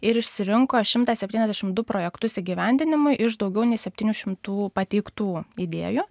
ir išsirinko šimtas septyniasdešimt du projektus įgyvendinimui iš daugiau nei septynių šimtų pateiktų idėjų